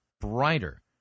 brighter